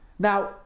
Now